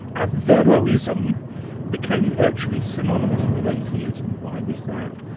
averroism became virtually synonymous with atheism. why was that?